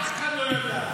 אף אחד לא יודע.